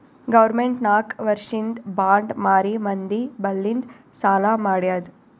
government ನಾಕ್ ವರ್ಷಿಂದ್ bond ಮಾರಿ ಮಂದಿ ಬಲ್ಲಿಂದ್ ಸಾಲಾ ಮಾಡ್ಯಾದ್